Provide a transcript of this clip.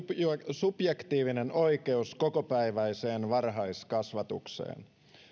subjektiivinen oikeus kokopäiväiseen varhaiskasvatukseen